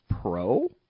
Pro